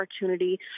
opportunity